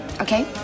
Okay